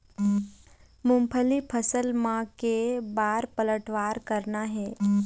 मूंगफली फसल म के बार पलटवार करना हे?